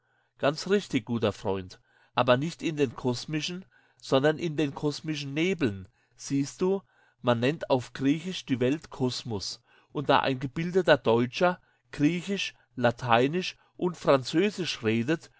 ganz richtig guter freund aber nicht in den komischen sondern in den kosmischen nebeln siehst du man nennt auf griechisch die welt kosmos und da ein gebildeter deutscher griechisch lateinisch und französisch redet